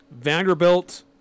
Vanderbilt